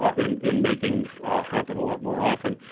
ah in in making happen a lot more often.